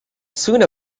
soon